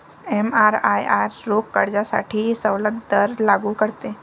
एमआरआयआर रोख कर्जासाठी सवलत दर लागू करते